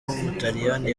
w’umutaliyani